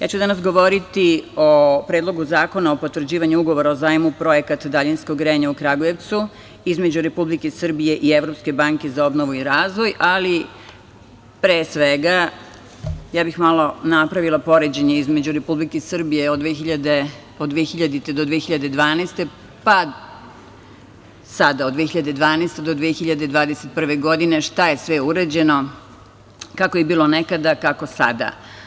Ja ću danas govoriti o Predlogu zakona o potvrđivanju Ugovora o zajmu - Projekat daljinskog grejanja u Kragujevcu, između Republike Srbije i Evropske banke za obnovu i razvoj, ali, pre svega, ja bih malo napravila poređenje između Republike Srbije od 2000. do 2012. godine, pa sada, od 2012. do 2021. godine, šta je sve urađeno, kako je bilo nekada, kako sada.